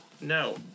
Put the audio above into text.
No